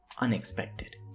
unexpected